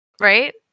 Right